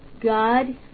God